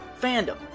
Fandom